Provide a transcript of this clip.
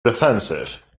defensive